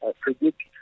predict